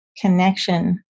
connection